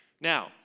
Now